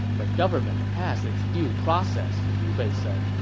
the government has its due process, liu bei said.